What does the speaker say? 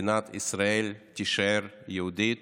מדינת ישראל תישאר יהודית,